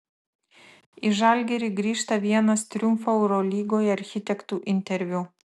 į žalgirį grįžta vienas triumfo eurolygoje architektų interviu